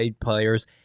players